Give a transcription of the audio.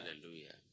Hallelujah